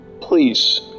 Please